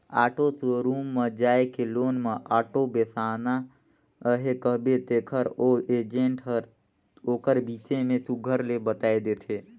auto showroom म जाए के लोन में आॅटो बेसाना अहे कहबे तेकर ओ एजेंट हर ओकर बिसे में सुग्घर ले बताए देथे